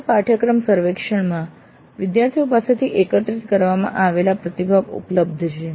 મધ્ય પાઠ્યક્રમ સર્વેક્ષણમાં વિદ્યાર્થીઓ પાસેથી એકત્રિત કરવામાં આવેલા પ્રતિભાવ ઉપલબ્ધ છે